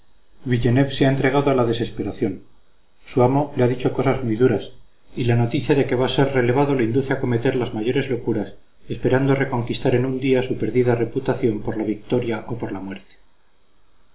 se ha entregado a la desesperación su amo le ha dicho cosas muy duras y la noticia de que va a ser relevado le induce a cometer las mayores locuras esperando reconquistar en un día su perdida reputación por la victoria o por la muerte